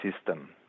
system